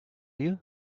you